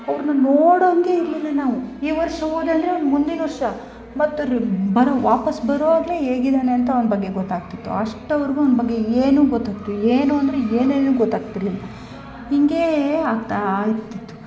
ಅವ್ರನ್ನ ನೋಡೋಂಗೆ ಇರಲಿಲ್ಲ ನಾವು ಈ ವರ್ಷ ಹೋದಂದ್ರೆ ಮುಂದಿನ ವರ್ಷ ಮತ್ತು ಬರೋ ವಾಪಾಸ್ ಬರೋವಾಗಲೇ ಹೇಗಿದ್ದಾನೆ ಎಂತ ಅಂತ ಅವ್ನ ಬಗ್ಗೆ ಗೊತ್ತಾಗ್ತಿತ್ತು ಅಷ್ಟರವರ್ಗು ಅವ್ನ ಬಗ್ಗೆ ಏನು ಗೊತ್ತಾಗ್ತಿರಲಿಲ್ಲ ಏನು ಅಂದರೆ ಏನೇನು ಗೊತ್ತಾಗ್ತಿರಲಿಲ್ಲ ಹಿಂಗೇ ಆಗ್ತಾ ಇರ್ತಿತ್ತು